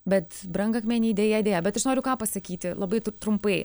bet brangakmeniai deja deja bet aš noriu ką pasakyti labai tu trumpai